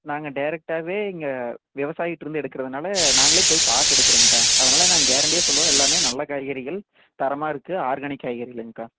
நாங்கள் டேரக்ட்டாகவே இங்கே விவசாயிக்கிட்ருந்து எடுக்கிறதனால நாங்களே போய் பார்த்து எடுக்குறங்க்கா அதனால் நான் கேரண்டியாக சொல்லுவேன் எல்லாமே நல்ல காய்கறிகள் தரமாக இருக்க ஆர்கானிக் காய்கறிகள்ங்க்கா